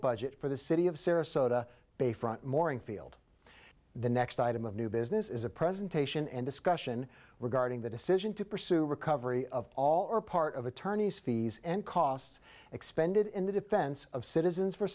budget for the city of sarasota bayfront moring field the next item of new business is a presentation and discussion regarding the decision to pursue recovery of all or part of attorneys fees and costs expended in the defense of citizens for